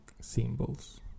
symbols